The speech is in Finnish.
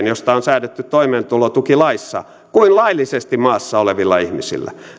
josta on säädetty toimeentulotukilaissa kuin laillisesti maassa olevilla ihmisillä